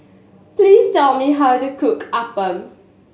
please tell me how to cook Appam